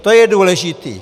To je důležité.